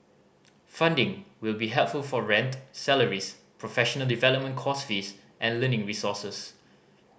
funding will be helpful for rent salaries professional development course fees and learning resources